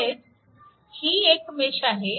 तसेच ही एक मेश आहे